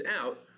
out